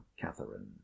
Catherine